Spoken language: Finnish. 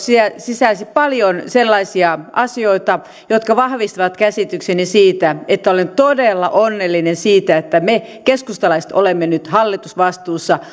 sisälsi paljon sellaisia asioita jotka vahvistavat käsitykseni että olen todella onnellinen siitä että me keskustalaiset olemme nyt hallitusvastuussa